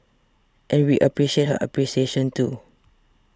and we appreciate her appreciation too